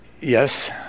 Yes